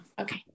okay